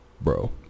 Bro